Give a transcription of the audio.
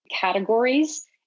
categories